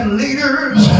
leaders